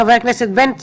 חבר הכנסת בן צור,